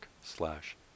slash